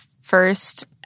first